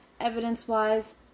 evidence-wise